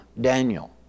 daniel